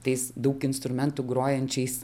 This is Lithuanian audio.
tais daug instrumentų grojančiais